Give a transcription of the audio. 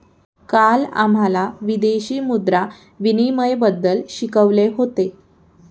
काल आम्हाला विदेशी मुद्रा विनिमयबद्दल शिकवले होते